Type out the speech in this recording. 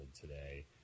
today